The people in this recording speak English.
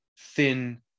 thin